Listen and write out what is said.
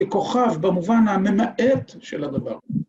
‫כוכב במובן הממעט של הדבר.